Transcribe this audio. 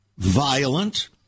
violent